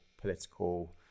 political